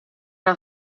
era